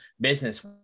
business